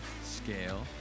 scale